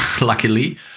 luckily